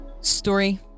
Story